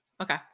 Okay